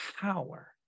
power